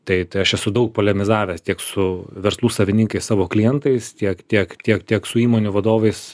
tai tai aš esu daug polemizavęs tiek su verslų savininkais savo klientais tiek tiek tiek tiek su įmonių vadovais